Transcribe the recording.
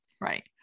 right